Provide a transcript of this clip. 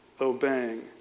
obeying